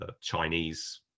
Chinese